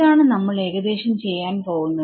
ഇതാണ് നമ്മൾ ഏകദേശം ചെയ്യാൻ പോവുന്നത്